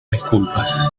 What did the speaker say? disculpas